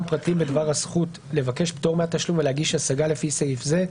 פרטים בדבר הזכות לבקש פטור מהתשלום ולהגיש השגה לפי סעיף זה,